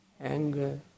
anger